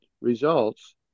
results